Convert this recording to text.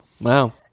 Wow